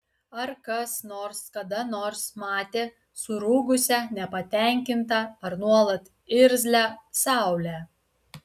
ar kas nors kada nors matė surūgusią nepatenkintą ar nuolat irzlią saulę